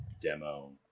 demo